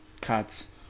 cuts